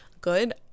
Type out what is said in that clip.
good